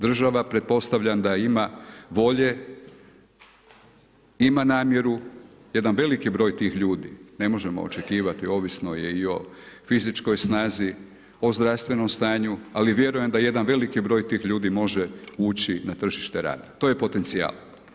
Država pretpostavljam da ima volje, ima namjeru jedan veliki broj tih ljudi ne možemo očekivati, ovisno je i o fizičkoj snazi, o zdravstvenom stanju ali vjerujem da jedan veliki broj tih ljudi može ući na tržište rada, to je potencijal.